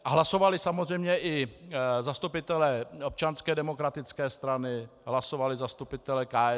A hlasovali samozřejmě i zastupitelé Občanské demokratické strany, hlasovali zastupitelé KSČ.